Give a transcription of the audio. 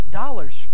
dollars